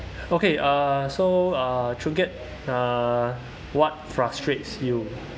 okay uh so uh choon kiat uh what frustrates you